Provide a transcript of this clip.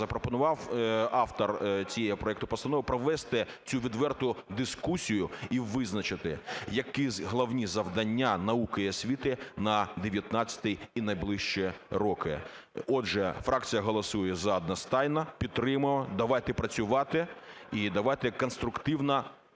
запропонував автор цього проекту постанови, провести цю відверту дискусію і визначити, які головні завдання науки і освіти на 2019 і на найближчі роки. Отже, фракція голосує "за" одностайно. Підтримуємо. Давайте працювати і давайте конструктивно